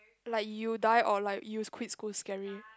like you die or like you quit school scary